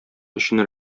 өчен